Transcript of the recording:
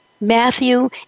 Matthew